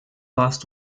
warst